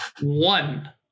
one